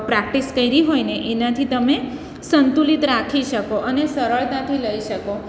practice કરી હોયને એનાથી તમે સંતુલિત રાખી શકો અને સરળતાથી લઈ શકો